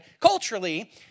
culturally